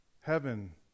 Heaven